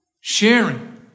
sharing